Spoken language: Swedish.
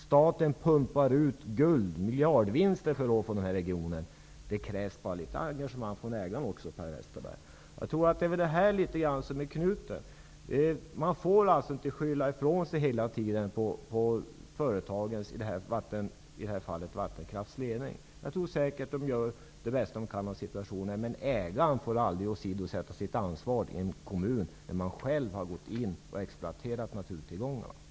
Staten pumpar ut guld, miljardvinster från regionen. Det krävs bara litet engagemang från ägaren, Per Westerberg! Här ligger knuten. Man får inte skylla ifrån sig hela tiden på företagets, i det här fallet Vattenfalls, ledning. Jag tror säkert att ledningen gör det bästa den kan av situationen. Men ägaren får aldrig åsidosätta sitt ansvar i en kommun när ett företag har exploaterat naturtillgångar.